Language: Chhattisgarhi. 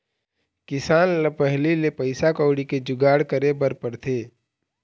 किसान ल पहिली ले पइसा कउड़ी के जुगाड़ करे बर पड़थे